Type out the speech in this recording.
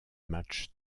matches